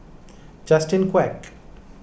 Justin Quek